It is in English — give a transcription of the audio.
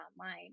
online